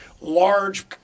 Large